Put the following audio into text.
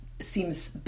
seems